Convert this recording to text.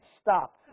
stop